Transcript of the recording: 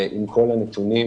עם כל הנתונים.